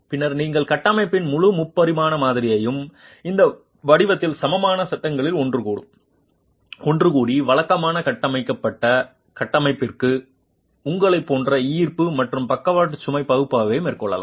பின்னர் நீங்கள் கட்டமைப்பின் முழு முப்பரிமாண மாதிரியையும் இந்த வடிவத்தில் சமமான சட்டகளில் ஒன்றுகூடி வழக்கமான கட்டமைக்கப்பட்ட கட்டமைப்பிற்கு உங்களைப் போன்ற ஈர்ப்பு மற்றும் பக்கவாட்டு சுமை பகுப்பாய்வை மேற்கொள்ளலாம்